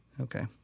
Okay